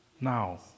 Now